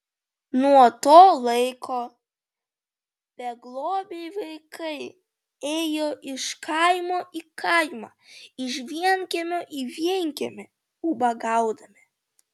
nuo to laiko beglobiai vaikai ėjo iš kaimo į kaimą iš vienkiemio į vienkiemį ubagaudami